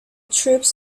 troops